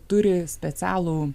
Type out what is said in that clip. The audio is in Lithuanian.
turi specialų